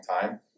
time